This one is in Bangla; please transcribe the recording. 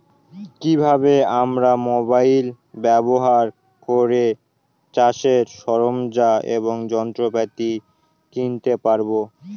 কি ভাবে আমরা মোবাইল ব্যাবহার করে চাষের সরঞ্জাম এবং যন্ত্রপাতি কিনতে পারবো?